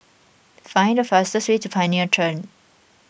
find the fastest way to Pioneer Turn